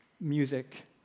music